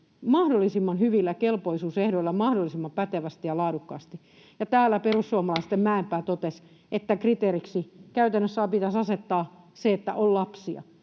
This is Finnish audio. mahdollisimman hyvillä kelpoisuusehdoilla mahdollisimman pätevästi ja laadukkaasti. Täällä perussuomalaisten Mäenpää totesi, että kriteeriksi käytännössä pitäisi asettaa se, että on lapsia.